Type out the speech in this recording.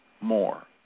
more